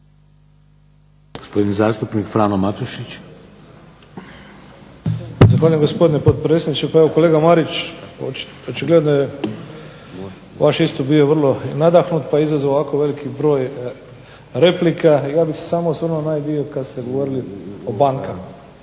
**Matušić, Frano (HDZ)** Zahvaljujem gospodine potpredsjedniče. Pa evo kolega Marić očigledno je vaš istup bio vrlo nadahnut pa je izazvao ovako veliki broj replika. Ja bih se samo osvrnuo na onaj dio kad ste govorili o bankama.